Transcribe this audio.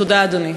תודה, אדוני.